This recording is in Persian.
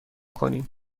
کنیم